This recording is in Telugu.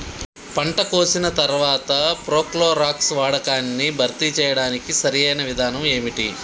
పంట కోసిన తర్వాత ప్రోక్లోరాక్స్ వాడకాన్ని భర్తీ చేయడానికి సరియైన విధానం ఏమిటి?